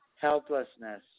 Helplessness